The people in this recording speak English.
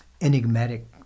enigmatic